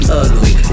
ugly